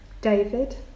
David